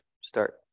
start